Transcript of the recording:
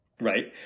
Right